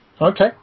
okay